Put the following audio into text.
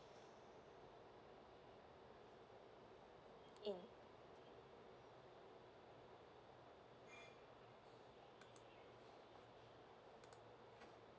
mm